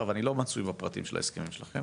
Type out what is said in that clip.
ואני לא מתמצא בפרטים של ההסכמים שלכם,